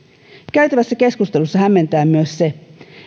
käytävässä keskustelussa hämmentää myös se